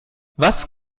was